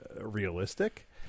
realistic